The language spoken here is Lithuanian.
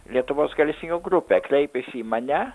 lietuvos helsinkio grupę kreipėsi į mane